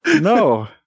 No